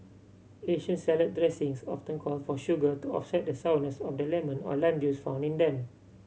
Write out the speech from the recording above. Asian salad dressings often call for sugar to offset the sourness of the lemon or lime juice found in them